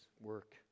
work